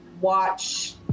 watch